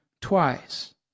twice